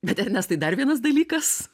bet ernestai dar vienas dalykas